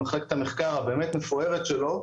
במחלקת המחקר המפוארת שלו,